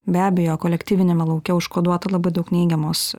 be abejo kolektyviniame lauke užkoduota labai daug neigiamos